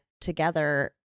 together